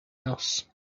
else